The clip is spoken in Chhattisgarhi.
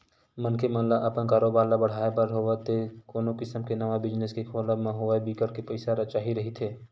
मनखे मन ल अपन कारोबार ल बड़हाय बर होवय ते कोनो किसम के नवा बिजनेस के खोलब म होवय बिकट के पइसा चाही रहिथे